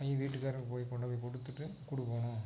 நீ வீட்டுக்காரருக்கு போய் கொண்டு போய் கொடுத்துட்டு குடுக்கணும்